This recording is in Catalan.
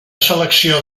selecció